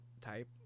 type